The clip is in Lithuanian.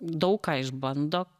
daug ką išbando